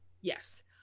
Yes